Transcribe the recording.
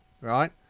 right